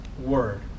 word